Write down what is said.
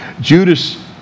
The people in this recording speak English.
Judas